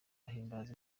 guhimbaza